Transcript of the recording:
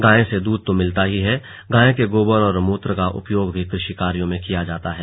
गाय से हमे दूध तो मिलता ही है गाय के गोबर और मृत्र का उपयोग भी कृषि कार्यों में किया जाता है